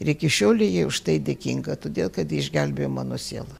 ir iki šiolei jai už tai dėkinga todėl kad ji išgelbėjo mano sielą